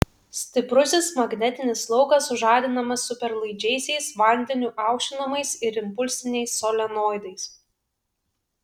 stiprusis magnetinis laukas sužadinamas superlaidžiaisiais vandeniu aušinamais ir impulsiniais solenoidais